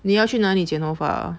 你要去哪里剪头发